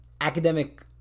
academic